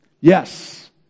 Yes